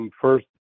First